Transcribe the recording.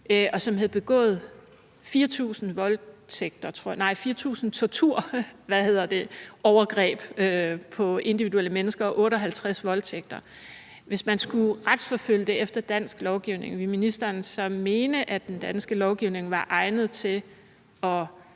og som havde begået 4.000 torturovergreb på individuelle mennesker og 58 voldtægter. Hvis man skulle retsforfølge ham efter dansk lovgivning, ville ministeren så mene, at den danske lovgivning var egnet til at